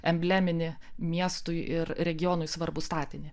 embleminį miestui ir regionui svarbų statinį